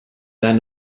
lan